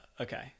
okay